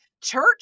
church